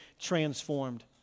transformed